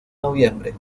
noviembre